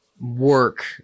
work